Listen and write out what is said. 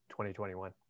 2021